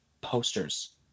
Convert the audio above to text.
posters